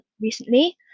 recently